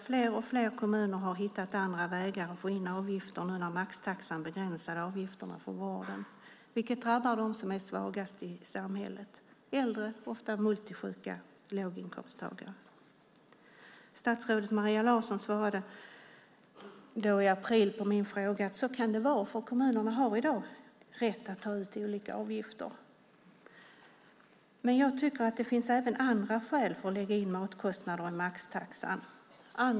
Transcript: Fler och fler kommuner har hittat andra vägar att få in avgifter när maxtaxan begränsar avgifterna för vården, vilket drabbar dem som är svagast i samhället, det vill säga äldre, ofta multisjuka, låginkomsttagare. Statsrådet Maria Larsson svarade i april på min fråga att det kan vara så eftersom kommunerna i dag har rätt att ta ut olika avgifter. Jag tycker att det finns även andra skäl än rättvisa för att lägga in matkostnader i maxtaxan.